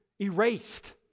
erased